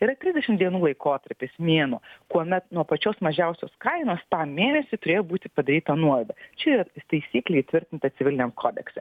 yra trisdešim dienų laikotarpis mėnuo kuomet nuo pačios mažiausios kainos tą mėnesį turėjo būti padaryta nuolaida čia yra taisyklė įtvirtinta civiliniam kodekse